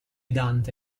dante